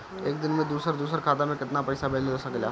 एक दिन में दूसर दूसर खाता में केतना पईसा भेजल जा सेकला?